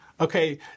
Okay